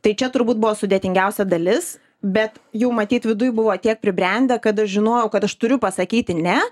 tai čia turbūt buvo sudėtingiausia dalis bet jau matyt viduj buvo tiek pribrendę kad aš žinojau kad aš turiu pasakyti ne